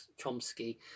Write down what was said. Chomsky